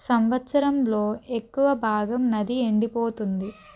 సంవత్సరంలో ఎక్కువ భాగం నది ఎండిపోతుంది